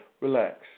relax